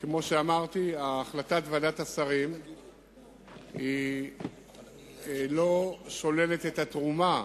כמו שאמרתי, החלטת ועדת השרים לא שוללת את התרומה